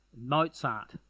Mozart